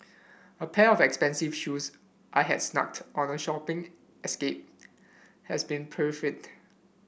a pair of expensive shoes I had snagged on a shopping escape has been pilfered